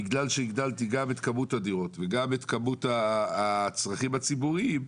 בגלל שהגדלתי גם את כמות הדירות וגם את כמות הצרכים הציבוריים,